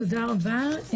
תודה רבה.